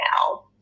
now